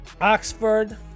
Oxford